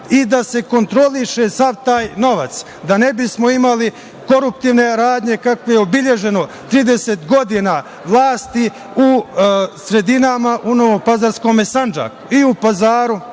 i da se kontroliše sav taj novac, da ne bismo imali koruptivne radnje kako je obeleženo 30 godina vlasti u sredinama u Novopazarskom Sandžaku, i u Pazaru